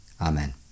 Amen